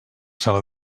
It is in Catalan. sala